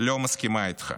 לא מסכימה איתך.